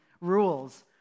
rules